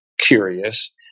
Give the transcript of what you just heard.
curious